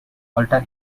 alter